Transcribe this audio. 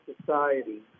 society